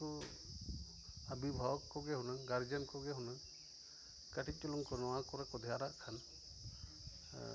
ᱩᱱᱠᱚ ᱚᱵᱷᱤᱵᱷᱟᱵᱚᱠ ᱠᱚᱜᱮ ᱦᱩᱱᱟᱹᱝ ᱜᱟᱨᱡᱮᱱ ᱠᱚᱜᱮ ᱦᱩᱱᱟᱹᱝ ᱠᱟᱹᱴᱤᱡᱪᱩᱞᱩᱝ ᱩᱱᱠᱚ ᱱᱚᱣᱟ ᱠᱚᱨᱮᱠᱚ ᱫᱷᱮᱭᱟᱱᱟᱜ ᱠᱷᱟᱱ